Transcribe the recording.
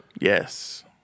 Yes